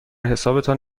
حسابتان